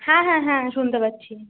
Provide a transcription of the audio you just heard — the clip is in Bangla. হ্যাঁ হ্যাঁ হ্যাঁ শুনতে পাচ্ছি